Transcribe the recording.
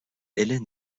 ellen